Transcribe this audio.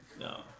No